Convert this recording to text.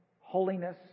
holiness